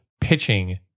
pitching